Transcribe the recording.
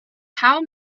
how